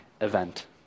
event